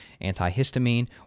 antihistamine